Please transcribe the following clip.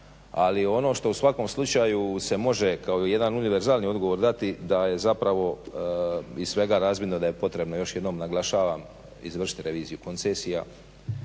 ali ono što u svakom slučaju se može kao jedan univerzalni odgovor dati da je zapravo iz svega razvidno da je potrebno još jednom naglašavam izvršiti reviziju koncesija